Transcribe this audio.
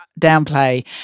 downplay